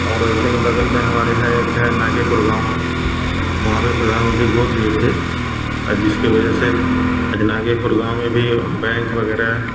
और ऐसे ही बगल में हमारे है एक हैं नागेपुर गाँव वह भी प्रधानमंत्री गोद लिए थे आ जिसकी वजह से आज नागेपुर गाँव में भी बैंक वगैरह